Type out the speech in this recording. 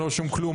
ללא כלום,